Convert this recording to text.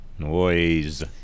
Noise